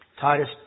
Titus